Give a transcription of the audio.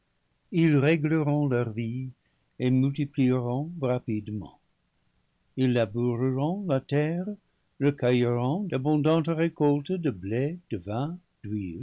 ils régleront leur vie et mulle paradis perdu multiplieront rapidement ils laboureront la terre recueilleront d'abondantes récoltes de blé de vin